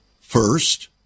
first